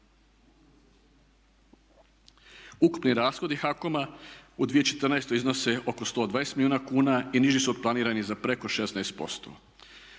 Ukupni rashodi HAKOM-a u 2014. iznose oko 120 milijuna kuna i niži su od planiranih za preko 16%.